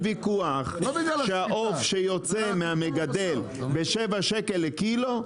שהעוף שיוצא מהמגדל ב-7 שקלים לקילו,